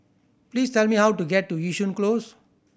please tell me how to get to Yishun Close